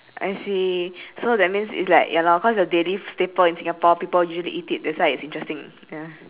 I see so that means it's like ya lor the daily staple in singapore people usually eat it that's why it's interesting ya